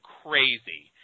crazy